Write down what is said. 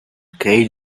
kay